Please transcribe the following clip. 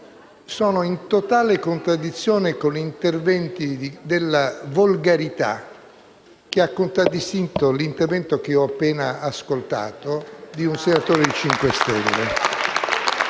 sono in totale contraddizione con interventi della volgarità che ha contraddistinto l'intervento che ho appena ascoltato di un senatore del